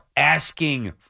Asking